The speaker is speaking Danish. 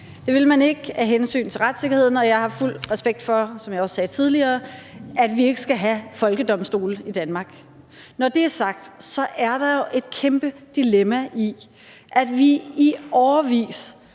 Det vil man ikke af hensyn til retssikkerheden. Jeg har, som jeg også sagde tidligere, fuld respekt for, at vi ikke skal have folkedomstole i Danmark. Når det er sagt, er der et kæmpe dilemma i, at vi i årevis